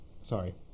Sorry